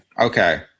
Okay